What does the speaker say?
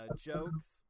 jokes